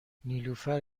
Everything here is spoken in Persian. نیلوفر